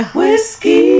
whiskey